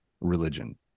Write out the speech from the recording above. religion